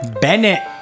Bennett